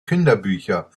kinderbücher